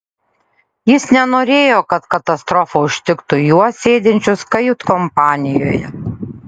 jis nenorėjo kad katastrofa užtiktų juos sėdinčius kajutkompanijoje